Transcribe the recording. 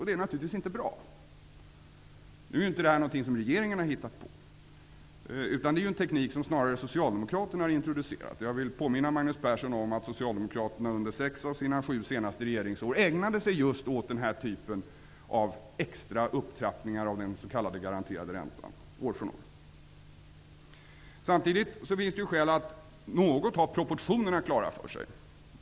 Det är naturligtvis inte bra. Nu är inte detta någonting som regeringen har hittat på, utan det är en teknik som snarare Socialdemokraterna har introducerat. Jag vill påminna Magnus Persson om att Socialdemokraterna under sex av sina senaste sju regeringsår just ägnat sig åt den här typen av extra upptrappningar av den s.k. garanterade räntan år från år. Samtidigt finns det skäl att ha proportionerna klara för sig.